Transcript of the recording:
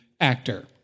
actor